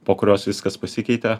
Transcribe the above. po kurios viskas pasikeitė